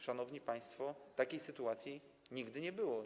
Szanowni państwo, takiej sytuacji nigdy nie było.